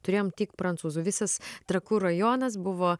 turėjom tik prancūzų visas trakų rajonas buvo